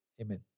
Amen